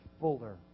fuller